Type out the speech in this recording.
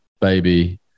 baby